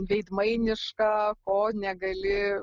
veidmainiška ko negali